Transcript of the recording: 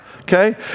Okay